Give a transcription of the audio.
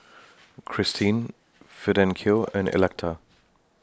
Kristine Fidencio and Electa